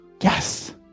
Yes